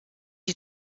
die